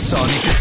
Sonic